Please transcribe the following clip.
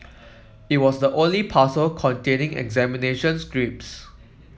it was the only parcel containing examination scripts